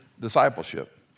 discipleship